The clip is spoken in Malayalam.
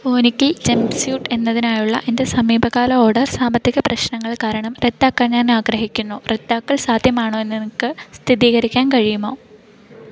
വൂനിക്കിൽ ജമ്പ്സ്യൂട്ട് എന്നതിനായുള്ള എൻ്റെ സമീപകാല ഓർഡർ സാമ്പത്തിക പ്രശ്നങ്ങൾ കാരണം റദ്ദാക്കാൻ ഞാൻ ആഗ്രഹിക്കുന്നു റദ്ദാക്കൽ സാധ്യമാണോ എന്ന് നിങ്ങക്ക് സ്ഥിതീകരിക്കാൻ കഴിയുമോ